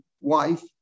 wife